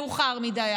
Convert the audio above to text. מאוחר מדי,